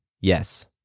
Yes